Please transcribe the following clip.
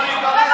סליחה?